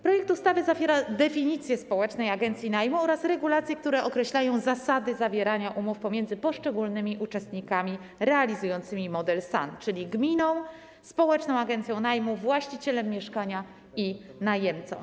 Projekt ustawy zawiera definicję społecznej agencji najmu oraz regulacje, które określają zasady zawierania umów pomiędzy poszczególnymi uczestnikami realizującymi model SAN, czyli gminą, społeczną agencją najmu, właścicielem mieszkania i najemcą.